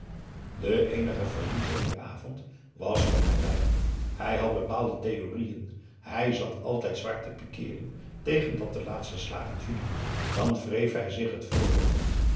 de eenige verliezer dien avond was van herwijnen hij had bepaalde theorieën hij zat altijd zwaar te pikiren tegen dat de laatste slagen vielen dan wreef hij zich het voorhoofd